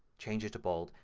change it to bold,